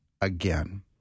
again